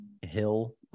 Hill